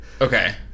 Okay